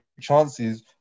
chances